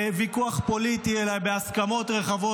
בוויכוח פוליטי אלא בהסכמות רחבות.